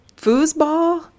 foosball